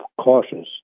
cautious